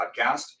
podcast